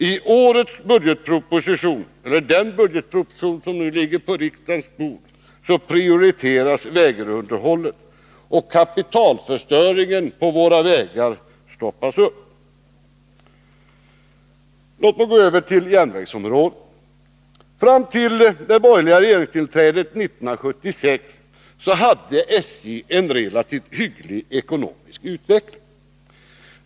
I den budgetproposition som nu ligger på riksdagens bord prioriteras vägunderhållet, och kapitalförstöringen i vad gäller våra vägar stoppas upp. Låt mig så gå över till järnvägsområdet. Fram till det borgerliga regeringstillträdet 1976 hade SJ en relativt hygglig ekonomisk utveckling.